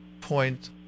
point